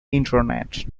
internet